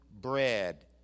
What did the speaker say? bread